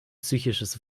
psychisches